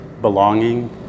belonging